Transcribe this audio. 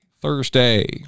Thursday